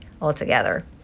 altogether